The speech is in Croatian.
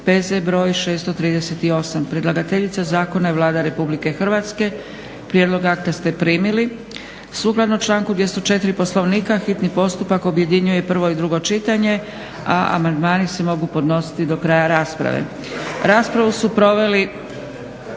P.Z. br. 638; Predlagateljica zakona je Vlada Republike Hrvatske, prijedlog akta ste primili. Sukladno članku 204. Poslovnika hitni postupak objedinjuje i prvo i drugo čitanje a amandmani se mogu podnositi do kraja rasprave. Raspravu su podnijeli